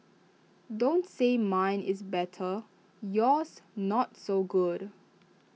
don't say mine is better yours not so good